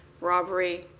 robbery